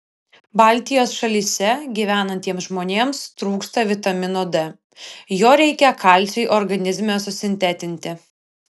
baltijos šalyse gyvenantiems žmonėms trūksta vitamino d jo reikia kalciui organizme susintetinti